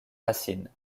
racines